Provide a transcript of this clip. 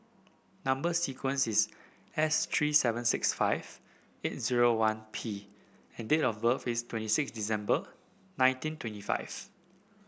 number sequence is S three seven six five eight zero one P and date of birth is twenty six December nineteen twenty five